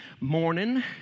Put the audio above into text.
morning